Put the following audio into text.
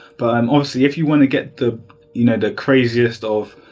but um obviously if you want to get the you know the craziest of,